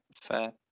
fair